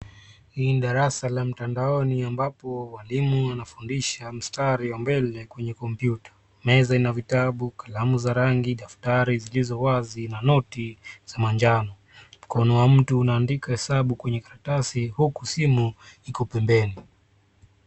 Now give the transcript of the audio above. Ni darasa la mtandaoni ambapo walimu wanafundisha mstari wa mbele kwenye kompyuta. Meza ina vitabu, kalamu za rangi, daftari zilizo wazi, na noti za manjano. Mkono wa mtu unaandika hesabu kwenye karatasi, huku simu iko pembeni.